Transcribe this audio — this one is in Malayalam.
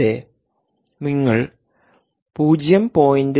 ഇവിടെ നിങ്ങൾ 0